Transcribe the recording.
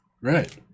Right